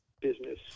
business